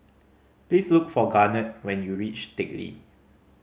please look for Garnet when you reach Teck Lee